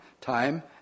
time